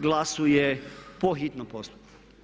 glasuje po hitnom postupku.